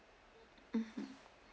mmhmm